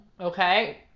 okay